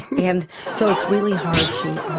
and so it's really hard to ah